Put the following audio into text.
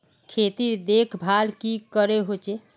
खेतीर देखभल की करे होचे?